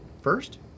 First